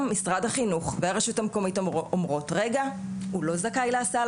משרד החינוך והרשות המקומית אומרות הוא לא זכאי להסעה